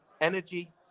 energy